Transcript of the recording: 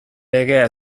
legea